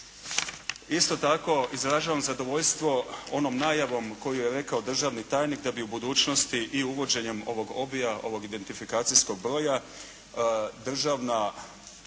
Isto tako izražavam zadovoljstvo onom najavom koju je rekao državni tajnik da bi u budućnosti i uvođenjem ovog lobija, ovog identifikacijskog broja državna